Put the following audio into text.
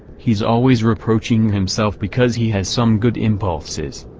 he's always reproaching himself because he has some good impulses.